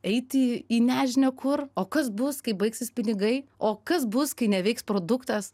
eiti į nežinią kur o kas bus kai baigsis pinigai o kas bus kai neveiks produktas